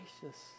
gracious